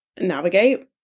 navigate